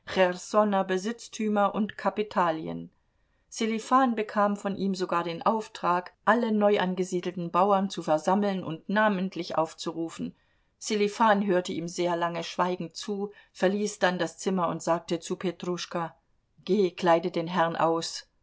besitztümer und kapitalien sselifan bekam von ihm sogar den auftrag alle neuangesiedelten bauern zu versammeln und namentlich aufzurufen sselifan hörte ihm sehr lange schweigend zu verließ dann das zimmer und sagte zu petruschka geh kleide den herrn aus